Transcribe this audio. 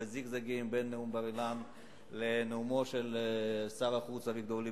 וזיגזגים בין נאום בר-אילן לנאומו של שר החוץ אביגדור ליברמן,